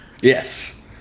Yes